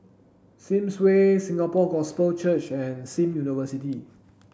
Sims Way Singapore Gospel Church and Sim University